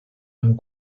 amb